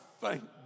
thank